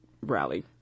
rally